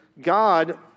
God